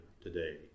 today